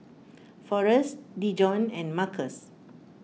forest Dejon and Marcos